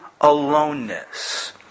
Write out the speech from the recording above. aloneness